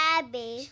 Abby